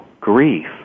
grief